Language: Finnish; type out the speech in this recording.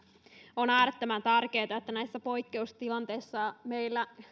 on äärettömän tärkeätä että näissä poikkeustilanteissa meillä